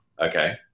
Okay